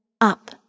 up